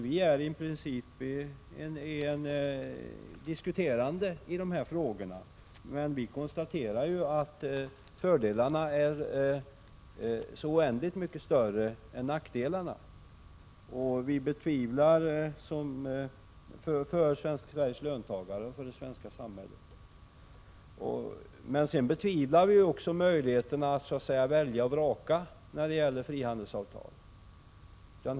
Vi är i princip diskuterande i de här frågorna, men vi konstaterar att för Sveriges löntagare och för det svenska samhället är fördelarna med en frihandel så oändligt mycket större än nackdelarna. Vi tvivlar samtidigt på möjligheterna att så att säga välja och vraka när det gäller frihandelsavtal.